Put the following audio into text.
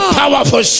powerful